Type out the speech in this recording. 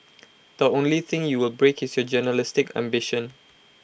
the only thing you will break is your journalistic ambition